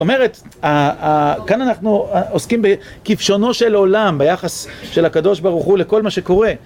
זאת אומרת, כאן אנחנו עוסקים בכבשונו של עולם, ביחס של הקדוש ברוך הוא לכל מה שקורה.